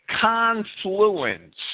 confluence